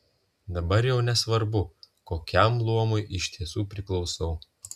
dabar jau nesvarbu kokiam luomui iš tiesų priklausau